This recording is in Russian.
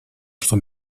что